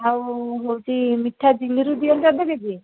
ଆଉ ହେଉଛି ମିଠା ଝିଲିରୁ ଦିଅନ୍ତୁ ଅଧ କେ ଜି